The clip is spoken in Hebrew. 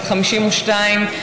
בת 52,